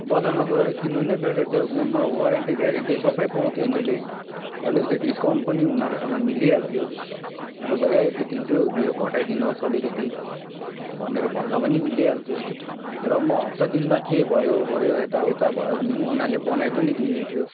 बजारमा गएर किन्नु नै बेटर थियो म वारेन्टी ग्यारेन्टी सबै पाउँथे मैले अलिकति डिस्काउन्ट पनि उनीहरूसँग मिलिहाल्थ्यो लु भैया यति दिन्छु यो घटाइदिनुहोस् अलिकति भनेर भन्दा पनि मिलिहाल्थ्यो र म हप्ता दिनमा के भयो ओऱ्यो यताउता भयो भने पनि उनीहरूले बनाई पनि दिनेथियो